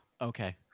okay